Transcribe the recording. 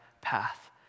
path